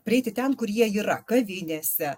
prieiti ten kur jie yra kavinėse